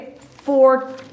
four